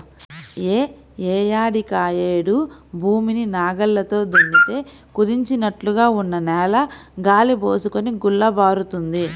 యే ఏడాదికాయేడు భూమిని నాగల్లతో దున్నితే కుదించినట్లుగా ఉన్న నేల గాలి బోసుకొని గుల్లబారుతుంది